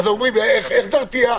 אומרים: איך נרתיע?